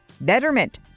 betterment